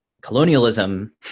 colonialism